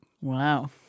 Wow